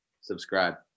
subscribe